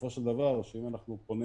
בסופו של דבר, אם אנחנו פונים